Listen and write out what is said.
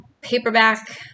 paperback